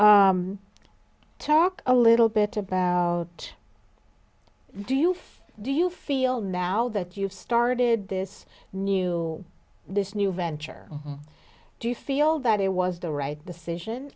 talk a little bit about do you do you feel now that you've started this new this new venture do you feel that it was the right decision